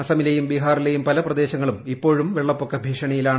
അസമിലെയും ബീഹാറിലെയും പല പ്രദേശങ്ങളും ഇപ്പോഴും വെള്ളപ്പൊക്ക ഭീഷണിയിലാണ്